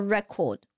Record